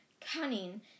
Cunning